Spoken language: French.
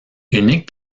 unique